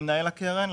למנהל הקרן,